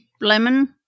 lemon